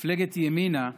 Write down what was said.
מפלגת ימינה,